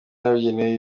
yabugenewe